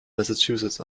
massachusetts